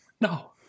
No